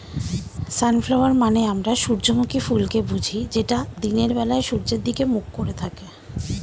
sunflower মানে আমরা সূর্যমুখী ফুলকে বুঝি যেটা দিনের বেলায় সূর্যের দিকে মুখ করে থাকে